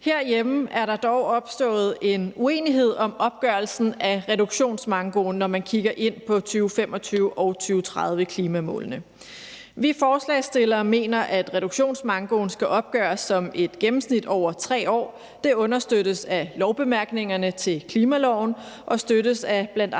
Herhjemme er der dog opstået en uenighed om opgørelsen af reduktionsmankoen, når man kigger ind på 2025- og 2030-klimamålene. Vi forslagsstillere mener, at reduktionsmankoen skal opgøres som et gennemsnit over 3 år. Det understøttes af lovbemærkningerne til klimaloven og støttes af bl.a.